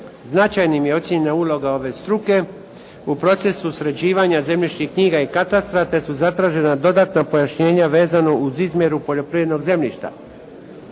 Značajnim je ocjenjena uloga ove struke u procesu sređivanja zemljišnih knjiga i katastra te su zatražena dodatna pojašnjenja vezano uz izmjeru poljoprivrednog zemljišta.